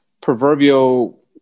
proverbial